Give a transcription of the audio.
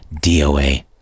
DOA